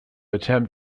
attempt